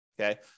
Okay